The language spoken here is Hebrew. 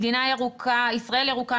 ישראל ירוקה,